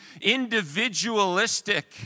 individualistic